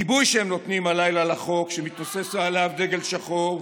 הגיבוי שהם נותנים הלילה לחוק שמתנוסס עליו דגל שחור,